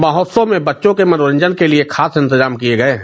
महोत्सव में बच्चों के मनोरंजन के लिये खास इंतजाम किये गये हैं